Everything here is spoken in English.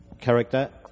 character